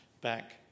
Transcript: back